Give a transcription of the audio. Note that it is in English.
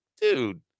Dude